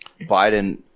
Biden